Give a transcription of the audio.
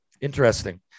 Interesting